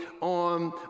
on